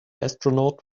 astronaut